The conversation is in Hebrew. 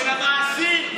של המעסיק.